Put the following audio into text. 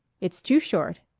it's too short,